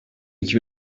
iki